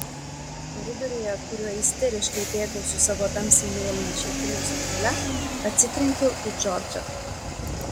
koridoriuje kuriuo isteriškai bėgau su savo tamsiai mėlyna šilkine suknele atsitrenkiau į džordžą